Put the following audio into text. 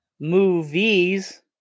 movies